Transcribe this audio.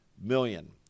million